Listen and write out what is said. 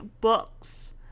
books